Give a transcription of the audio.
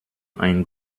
ein